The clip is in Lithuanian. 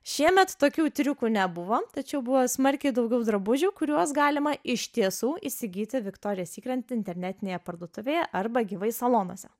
šiemet tokių triukų nebuvo tačiau buvo smarkiai daugiau drabužių kuriuos galima iš tiesų įsigyti viktorijos sykret internetinėje parduotuvėje arba gyvai salonuose